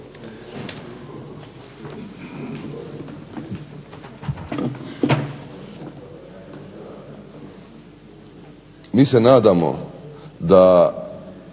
mi se nadamo da